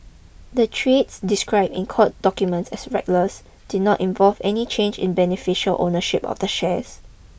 the trades described in court documents as reckless did not involve any change in beneficial ownership of the shares